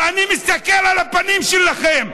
ואני מסתכל על הפנים שלכם.